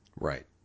Right